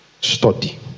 study